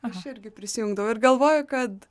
aš irgi prisijungdavau ir galvoju kad